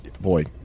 boy